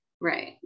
Right